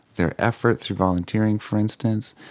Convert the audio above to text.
their effort, through volunteering for instance,